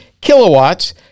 kilowatts